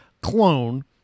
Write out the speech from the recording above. clone